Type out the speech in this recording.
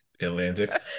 Atlantic